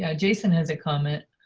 yeah jason has a comment.